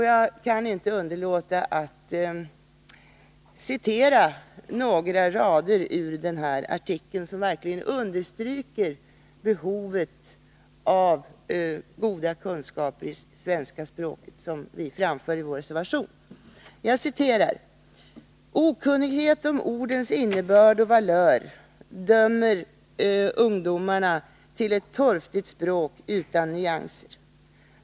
Jag kan inte underlåta att citera några rader ur denna artikel, som verkligen understryker behovet av goda kunskaper i svenska språket, vilket vi också framför i vår reservation. I artikeln sägs: ”Okunnighet om ordens innebörd och valör dömer dem” — alltså ungdomarna — ”till ett torftigt språk utan nyanser.